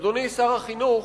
אדוני שר החינוך,